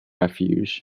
refuge